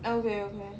okay okay